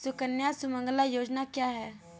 सुकन्या सुमंगला योजना क्या है?